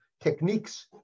techniques